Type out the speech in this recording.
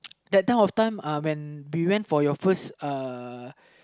that point of time when we went for your first